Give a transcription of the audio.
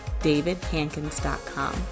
davidhankins.com